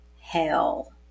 hell